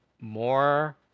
more